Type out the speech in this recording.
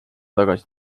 tagasi